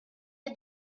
est